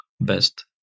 best